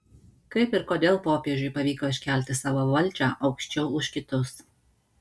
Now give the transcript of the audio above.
kaip ir kodėl popiežiui pavyko iškelti savo valdžią aukščiau už kitus